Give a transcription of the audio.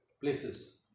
places